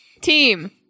Team